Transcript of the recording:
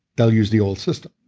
they'll use the old system.